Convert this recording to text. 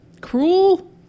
cruel